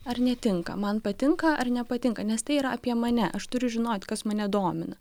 ar netinka man patinka ar nepatinka nes tai yra apie mane aš turiu žinot kas mane domina